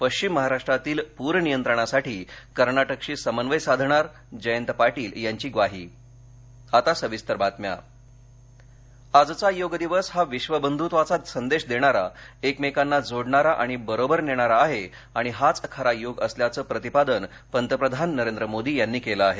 पश्चिम महाराष्ट्रातील प्रनियंत्रणासाठी कर्नाटकशी समन्वय साधणार जयंत पाटील यांची ग्वाही आता सविस्तर बातम्या पंतप्रधान आजचा योग दिवस हा विश्वबंध्त्वाचा संदेश देणारा एकमेकांना जोडणारा आणि बरोबर नेणारा आहे आणि हाच खरा योग असल्याचं प्रतिपादन पंतप्रधान नरेंद्र मोदी यांनी केलं आहे